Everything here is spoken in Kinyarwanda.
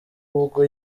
ubwo